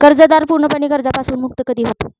कर्जदार पूर्णपणे कर्जापासून मुक्त कधी होतो?